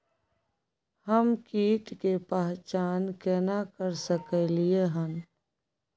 हम कीट के पहचान केना कर सकलियै हन?